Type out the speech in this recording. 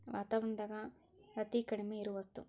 ವಾತಾವರಣದಾಗ ಅತೇ ಕಡಮಿ ಇರು ವಸ್ತು